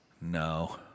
No